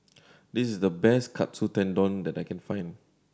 this is the best Katsu Tendon that I can find